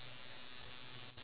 ya